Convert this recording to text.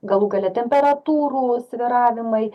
galų gale temperatūrų svyravimai